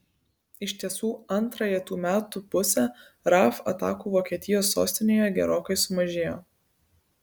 iš tiesų antrąją tų metų pusę raf atakų vokietijos sostinėje gerokai sumažėjo